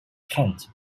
kent